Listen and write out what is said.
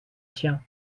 tien